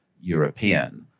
European